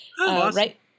Right